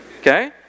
Okay